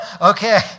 Okay